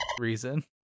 reason